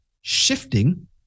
shifting